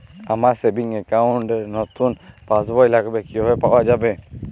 আমার savings account র নতুন পাসবই লাগবে কিভাবে পাওয়া যাবে?